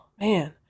man